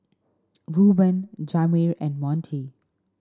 Reuben Jamir and Montie